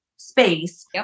space